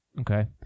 Okay